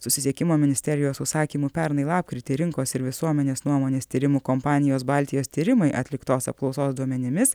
susisiekimo ministerijos užsakymu pernai lapkritį rinkos ir visuomenės nuomonės tyrimų kompanijos baltijos tyrimai atliktos apklausos duomenimis